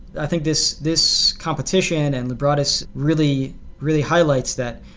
i think this this competition, and lebradas really really highlights that.